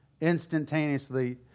instantaneously